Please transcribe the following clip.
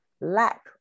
lack